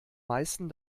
meisten